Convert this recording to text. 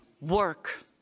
work